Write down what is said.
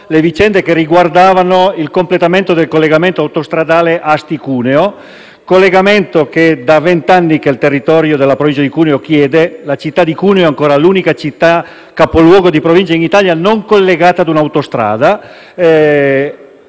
le vicende che riguardavano il completamento del collegamento autostradale Asti-Cuneo, che da vent'anni il territorio della Provincia di Cuneo chiede, dato che la città di Cuneo è ancora l'unico capoluogo di Provincia in Italia non collegata ad un'autostrada.